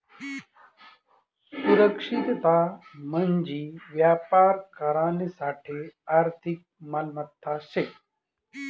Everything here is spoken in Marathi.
सुरक्षितता म्हंजी व्यापार करानासाठे आर्थिक मालमत्ता शे